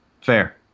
Fair